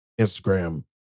Instagram